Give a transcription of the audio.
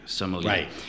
Right